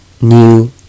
new